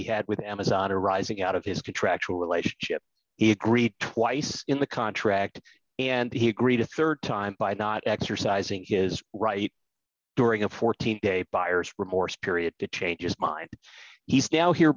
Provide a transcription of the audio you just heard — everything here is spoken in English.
he had with amazon or rising out of his contractual relationship it greed twice in the contract and he agreed a rd time by not exercising his right during a fourteen day buyer's remorse period to change his mind he's now here